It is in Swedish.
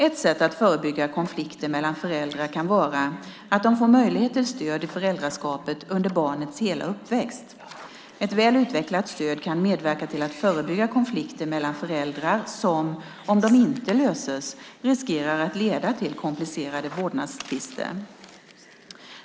Ett sätt att förebygga konflikter mellan föräldrar kan vara att de får möjlighet till stöd i föräldraskapet under barnets hela uppväxt. Ett väl utvecklat stöd kan medverka till att förebygga konflikter mellan föräldrar som, om de inte löses, riskerar att leda till komplicerade vårdnadstvister.